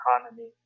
economy